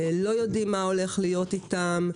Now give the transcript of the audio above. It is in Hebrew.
לא יודעים מה הולך להיות איתם.